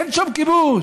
אין שם כיבוש.